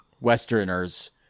Westerners